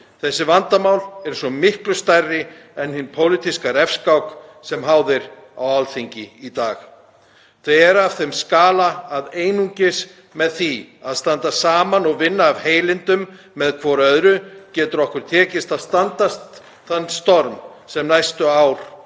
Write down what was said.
Þessi vandamál eru svo miklu stærri en hin pólitíska refskák sem háð er á Alþingi í dag. Þau eru af þeim skala að einungis með því að standa saman og vinna af heilindum hvert með öðru getur okkur tekist að standast þann storm sem næstu ár